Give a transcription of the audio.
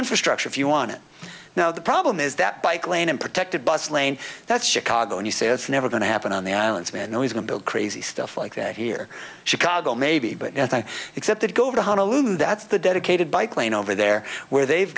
infrastructure if you want it now the problem is that bike lane and protected bus lane that's chicago and you say it's never going to happen on the islands man always going to crazy stuff like that here chicago maybe but nothing except that go to honolulu that's the dedicated bike lane over there where they've